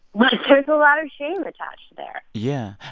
like a lot of shame attached there yeah.